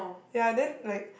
ya then like